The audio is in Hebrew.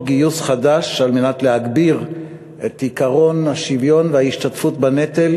גיוס חדש על מנת להגביר את עקרון השוויון וההשתתפות בנטל,